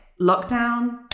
lockdown